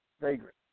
vagrant